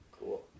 Cool